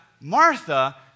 Martha